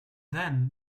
then